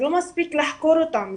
זה לא מספיק לחקור אותם.